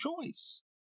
choice